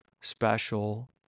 special